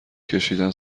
کشیدن